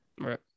Right